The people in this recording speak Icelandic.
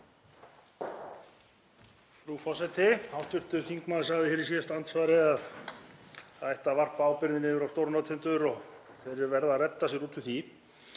Frú forseti. Hv. þingmaður sagði hér í síðasta andsvari að það ætti að varpa ábyrgðinni yfir á stórnotendur og þeir yrðu að redda sér út úr því.